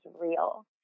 real